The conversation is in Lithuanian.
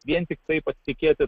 vien tiktai pasitikėti